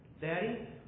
Daddy